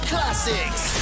Classics